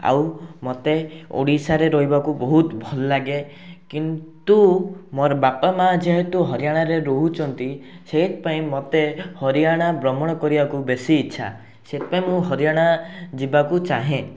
ଆଉ ମୋତେ ଓଡ଼ିଶାରେ ରହିବାକୁ ବହୁତ ଭଲଲାଗେ କିନ୍ତୁ ମୋର ବାପା ମା' ଯେହେତୁ ହରିୟାଣାରେ ରହୁଛନ୍ତି ସେଇଥିପାଇଁ ମୋତେ ହରିୟାଣା ଭ୍ରମଣ କରିବାକୁ ବେଶୀ ଇଚ୍ଛା ସେଇଥିପାଇଁ ମୁଁ ହରିୟାଣା ଯିବାକୁ ଚାହେଁ